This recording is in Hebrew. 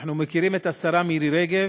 אנחנו מוקירים את השרה מירי רגב,